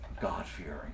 God-fearing